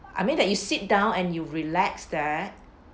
I mean that you sit down and you relax there